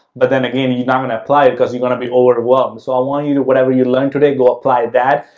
but then again, you're not going to apply it because you're going to be overwhelmed. so, i want you to whatever you learn today, go apply that,